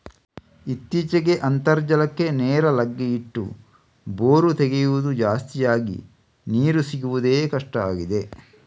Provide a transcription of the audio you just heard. ಇತ್ತೀಚೆಗೆ ಅಂತರ್ಜಲಕ್ಕೆ ನೇರ ಲಗ್ಗೆ ಇಟ್ಟು ಬೋರು ತೆಗೆಯುದು ಜಾಸ್ತಿ ಆಗಿ ನೀರು ಸಿಗುದೇ ಕಷ್ಟ ಆಗಿದೆ